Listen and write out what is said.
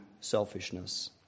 selfishness